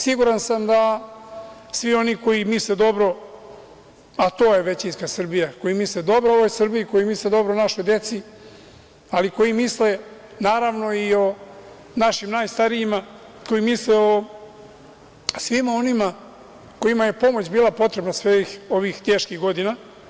Siguran sam da svi oni koji misle dobro, a to je većinska Srbija, koji misle dobro ovoj Srbiji, koji misle dobro našoj deci, ali koji misle naravno i o našim najstarijima, koji misle o svima onima kojima je pomoć bila potrebna svih ovih teških godina.